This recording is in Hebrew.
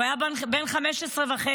הוא היה בן 15 וחצי.